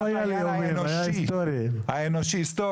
הארץ הזו